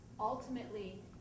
Ultimately